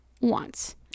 wants